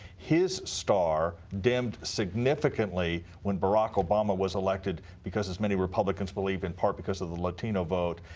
his star dimmed significantly when barack obama was elected, because as many republicans believe in part because of the latino vote.